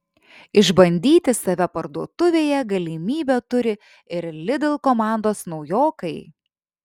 išbandyti save parduotuvėje galimybę turi ir lidl komandos naujokai